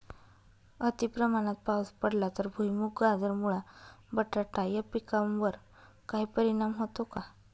अतिप्रमाणात पाऊस पडला तर भुईमूग, गाजर, मुळा, बटाटा या पिकांवर काही परिणाम होतो का?